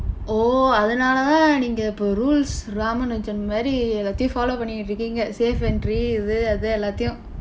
oh அதனால தான் நீங்க இப்போ:athanaqla thaan niingka ippoo rules மாதிரி எல்லாத்தையும்:maathiri ellaaththaiyum follow பண்ணிட்டு இருக்கீங்க:pannitdu irukkiingka safe entry இது அது எல்லாத்தையும்:ithu athu ellaaththaiyum